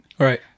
Right